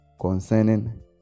concerning